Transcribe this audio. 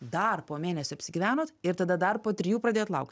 dar po mėnesio apsigyvenot ir tada dar po trijų pradėjot laukt